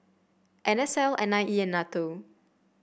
N S L N I E and NATO